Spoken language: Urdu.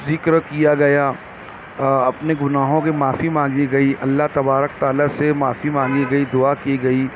ذکر کیا گیا اپنے گناہوں کے معافی مانگی گئی اللہ تبارک تعالیٰ سے معافی مانگی گئی دعا کی گئی